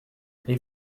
les